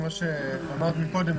כמו שאמרת קודם,